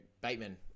Bateman